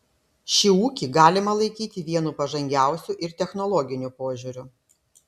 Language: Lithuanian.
šį ūkį galima laikyti vienu pažangiausių ir technologiniu požiūriu